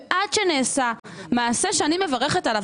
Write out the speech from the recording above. בממשלה הזאת נעשה מעשה שאני מברכת עליו,